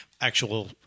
actual